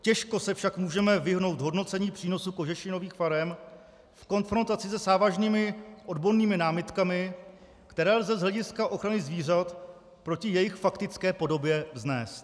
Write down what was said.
Těžko se však můžeme vyhnout hodnocení přínosu kožešinových farem v konfrontaci se závažnými odbornými námitkami, které lze z hlediska ochrany zvířat proti jejich faktické podobě vznést.